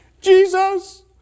Jesus